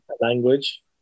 language